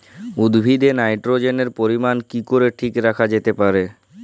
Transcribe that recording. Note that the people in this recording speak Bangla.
উদ্ভিদে নাইট্রোজেনের পরিমাণ কি করে ঠিক রাখা যেতে পারে?